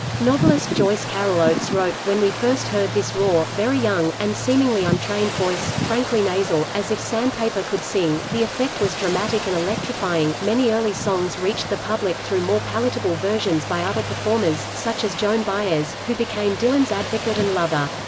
novelist joyce carol oates wrote when we first heard this raw, very young, and seemingly untrained voice, frankly nasal, as if sandpaper could sing, the effect was dramatic and electrifying. many early songs reached the public through more palatable versions by other performers, such as joan baez, who became dylan's advocate and lover.